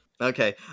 Okay